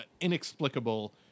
inexplicable